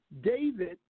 David